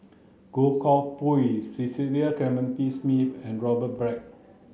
Goh Koh Pui Cecil Clementi Smith and Robert Black